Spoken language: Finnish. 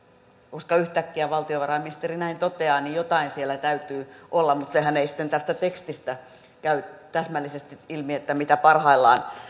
koska yhtäkkiä valtiovarainministeri näin toteaa niin jotain siellä täytyy olla mutta sehän ei tästä tekstistä käy täsmällisesti ilmi mitä parhaillaan